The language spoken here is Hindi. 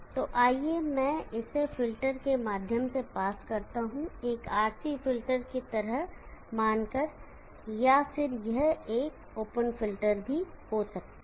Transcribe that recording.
तो आइए मैं इसे फ़िल्टर के माध्यम से पास करता हूं एक RC फ़िल्टर की तरह मानकर या फिर यह एक ओपन फ़िल्टर भी हो सकता है